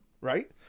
Right